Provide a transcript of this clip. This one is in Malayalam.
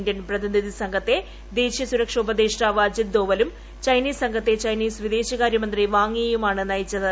ഇന്ത്യൻ പ്രതിനിധി സംഘത്തെ ദേശീയ സുരക്ഷാ ഉപദേഷ്ടാവ് അജിത് ദോവലും ചൈനീസ് സംഘത്തെ ചൈനീസ് വിദേശകാരൃമന്ത്രി വാങ്യീയുമാണ് നയിച്ചത്